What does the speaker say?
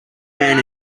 man